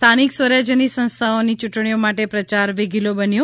સ્થાનિક સ્વરાજ્યની સંસ્થાઓની ચૂંટણીઓ માટે પ્રયાર વેગીલો બન્યો